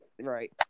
right